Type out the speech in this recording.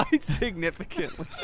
significantly